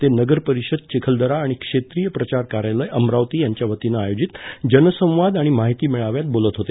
ते नगर परिषद चिखलदरा आणि क्षेत्रीय प्रचार कार्यालय अमरावती यांच्या वतीनं आयोजित जनसंवाद आणि माहिती मेळाव्यात बोलत होते